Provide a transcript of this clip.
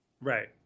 Right